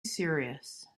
serious